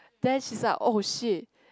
then she's like oh shit